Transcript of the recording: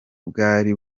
bwari